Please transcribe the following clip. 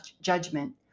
judgment